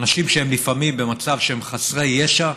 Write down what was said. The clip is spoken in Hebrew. אנשים שהם לפעמים במצב שהם חסרי ישע,